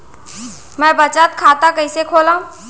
मै बचत खाता कईसे खोलव?